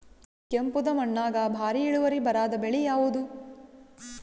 ಕೆಂಪುದ ಮಣ್ಣಾಗ ಭಾರಿ ಇಳುವರಿ ಬರಾದ ಬೆಳಿ ಯಾವುದು?